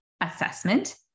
assessment